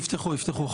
יפתחו, יפתחו.